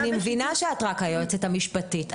אני מבינה שאת רק היועצת המשפטית.